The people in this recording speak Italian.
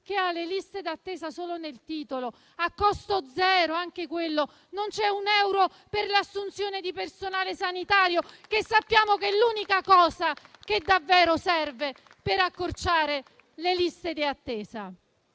che ha le liste d'attesa solo nel titolo, a costo zero, anche quello. Non c'è un euro per l'assunzione di personale sanitario che sappiamo essere l'unica cosa che davvero serve per accorciare le liste di attesa.